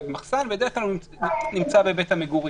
מחסן, בדרך כלל הוא נמצא בבית המגורים,